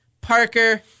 Parker